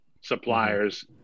suppliers